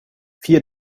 vier